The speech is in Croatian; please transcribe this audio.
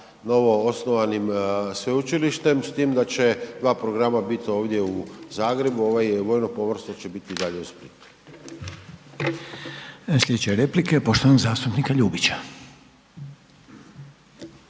novoosnovanim sveučilištem s tim da će dva programa bit ovdje u Zagrebu a ovaj vojno pomorstvo će biti i dalje u Splitu.